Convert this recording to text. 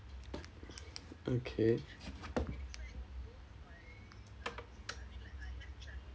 okay